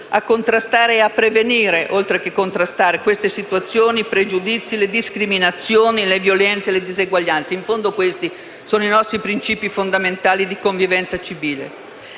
su questo, a prevenire, oltre che contrastare, queste situazioni, i pregiudizi, le discriminazioni, le violenze e le diseguaglianze. In fondo, questi sono i nostri principi fondamentali di convivenza civile.